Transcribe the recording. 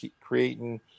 creating